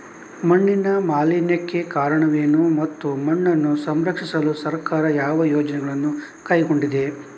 ಮಣ್ಣಿನ ಮಾಲಿನ್ಯಕ್ಕೆ ಕಾರಣವೇನು ಮತ್ತು ಮಣ್ಣನ್ನು ಸಂರಕ್ಷಿಸಲು ಸರ್ಕಾರ ಯಾವ ಯೋಜನೆಗಳನ್ನು ಕೈಗೊಂಡಿದೆ?